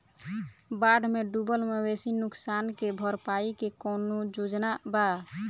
बाढ़ में डुबल मवेशी नुकसान के भरपाई के कौनो योजना वा?